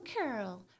curl